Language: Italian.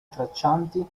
traccianti